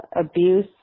abuse